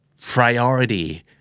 priority